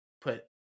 put